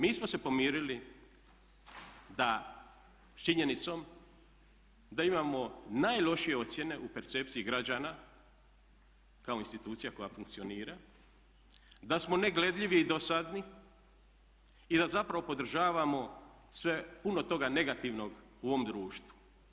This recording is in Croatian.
Mi smo se pomirili da, s činjenicom da imamo najlošije ocjene u percepciji građana kao institucija koja funkcionira, da smo negledljivi i dosadni i da zapravo podržavamo sve, puno toga negativnog u ovom društvu.